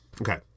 Okay